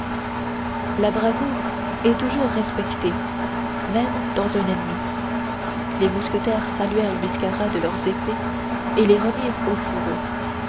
la bravoure est toujours respectée même dans un ennemi les mousquetaires saluèrent biscarat de leurs épées et les remirent au fourreau